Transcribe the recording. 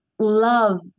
love